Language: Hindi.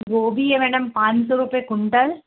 गोभी है मैडम पांच सौ रुपए कुंटल